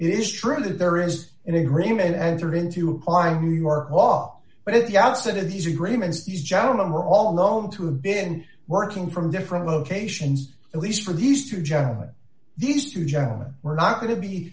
it is true that there is an agreement entered into why you your law but at the outset of these agreements these gentlemen were all known to have been working from different locations at least for these two gentlemen these two gentlemen were not going to be